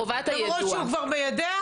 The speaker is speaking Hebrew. ככל שהוא כבר מיידע.